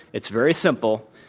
it's very simple.